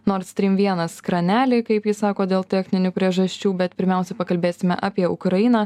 nord strym vienas kranelį kaip ji sako dėl techninių priežasčių bet pirmiausia pakalbėsime apie ukrainą